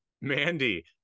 Mandy